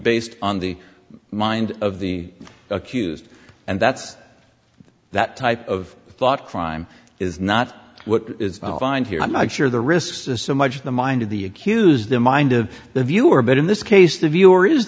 based on the mind of the accused and that's that type of thought crime is not what is find here i'm not sure the risks is so much in the mind of the accused the mind of the viewer but in this case the viewer is